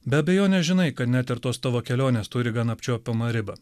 be abejonės žinai kad net ir tos tavo kelionės turi gan apčiuopiamą ribą